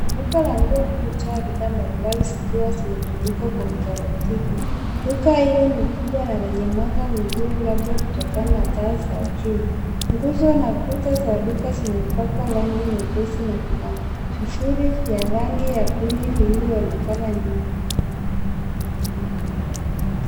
Duka la nguo lililojaa bidhaa mbalimbali zikiwa zimetundikwa kwa utaratibu. Duka hiyo ni kubwa na lenye mwanga mzuri labda kutokana na taa za juu. Nguzo na kuta za duka zimepakwa rangi nyepesi na kuna vifuli vya rangi ya pinki vilivyoonekana nyuma.